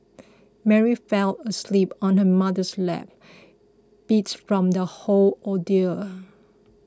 Mary fell asleep on her mother's lap beats from the whole ordeal